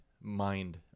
mind